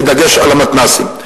בדגש על המתנ"סים.